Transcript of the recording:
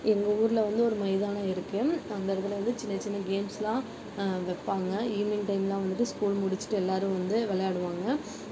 எங்கள் ஊரில் வந்து ஒரு மைதானம் இருக்குது அந்த இடத்துல வந்து சின்ன சின்ன ஜேம்ஸெல்லாம் வைப்பாங்க ஈவ்னிங் டைமெல்லாம் வந்துட்டு ஸ்கூல் முடிச்சுட்டு எல்லாேரும் வந்து விளையாடுவாங்க